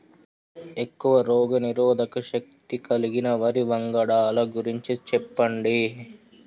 ఎక్కువ రోగనిరోధక శక్తి కలిగిన వరి వంగడాల గురించి చెప్పండి?